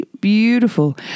Beautiful